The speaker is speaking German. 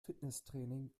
fitnesstraining